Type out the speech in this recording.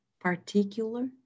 particular